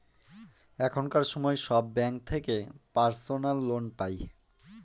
এখনকার সময় সব ব্যাঙ্ক থেকে পার্সোনাল লোন পাই